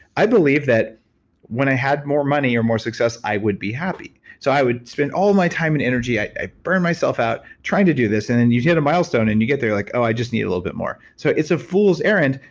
i believe that when i had more money or more success, i would be happy. so, i would spend all my time and energy. i'd burn myself out trying to do this and then and you'd hit a milestone and you get there like oh i just need a little bit more. so, it's a fools errand,